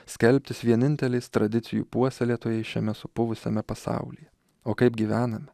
skelbtis vieninteliais tradicijų puoselėtojais šiame supuvusiame pasaulyje o kaip gyvename